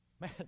Man